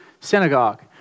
synagogue